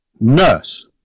nurse